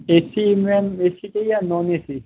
A C ma'am A C चाहिए या non A C